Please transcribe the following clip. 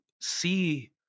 see